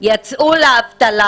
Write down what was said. יצאו לאבטלה,